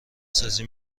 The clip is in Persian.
سازی